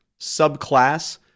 subclass